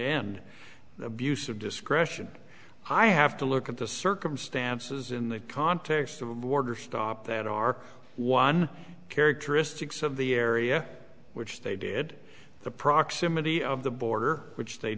end abuse of discretion i have to look at the circumstances in the context of a border stop that are one characteristics of the area which they did the proximity of the border which they